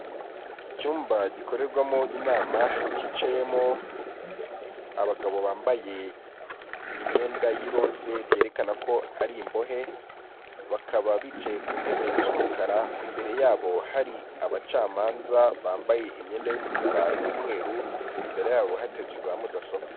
Icyumba gikorerwamo inama kicayemo abagabo bambaye imyenda y'iroze byerekana ko ari imbohe, bakaba bicaye ku ntebe z'umukara imbere yabo hari abacamanza bambaye imyenda y'umukara n'umweru, imbere yabo hateretse za mudasobwa.